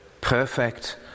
perfect